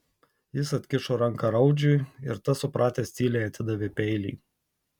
jis atkišo ranką raudžiui ir tas supratęs tyliai atidavė peilį